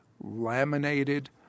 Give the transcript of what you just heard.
laminated